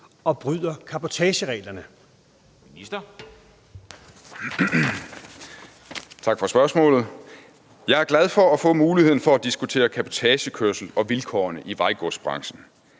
og boligministeren (Ole Birk Olesen): Tak for spørgsmålet. Jeg er glad for at få muligheden for at diskutere cabotagekørsel og vilkårene i vejgodsbranchen.